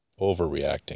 overreacting